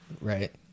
right